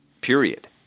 period